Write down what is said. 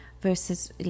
versus